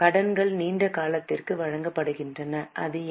கடன்கள் நீண்ட காலத்திற்கு வழங்கப்படுகின்றன அது என்